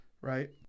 right